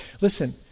Listen